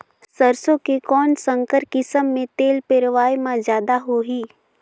सरसो के कौन संकर किसम मे तेल पेरावाय म जादा होही?